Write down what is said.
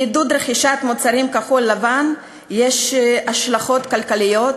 לעידוד רכישת מוצרים כחול-לבן יש השלכות כלכליות,